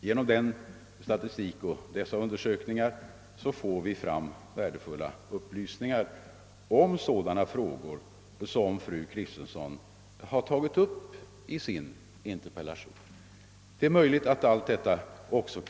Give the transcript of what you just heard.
Genom denna statistik och dessa undersökningar får vi upplysningar i sådana frågor som fru Kristensson tagit upp i sin interpellation. Det är möjligt att allt detta kan vidgas.